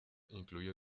incluye